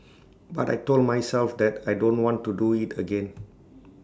but I Told myself that I don't want to do IT again